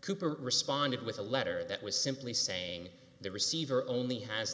cooper responded with a letter that was simply saying the receiver only has